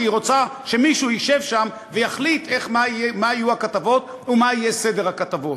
כי היא רוצה שמישהו ישב שם ויחליט מה יהיו הכתבות ומה יהיה סדר הכתבות.